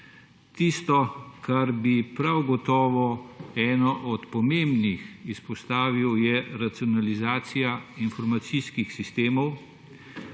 Tisto, kar bi prav gotovo izpostavil, je racionalizacija informacijskih sistemov.